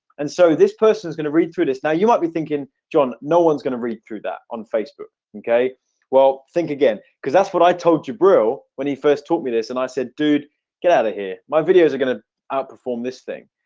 and so this person is going to read through this now you might be thinking john no one's going to read through that on facebook okay well think again because that's what i told you bro when he first taught me this and i said dude get out of here my videos are going to outperform this thing,